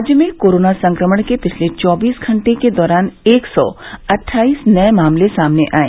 राज्य में कोरोना संक्रमण के पिछले चौबीस घंटे के दौरान एक सौ अट्ठासईस नये मामले सामने आये